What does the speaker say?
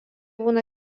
būna